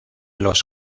los